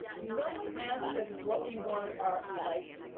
no one asked us what we wanted our life to look